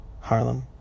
Harlem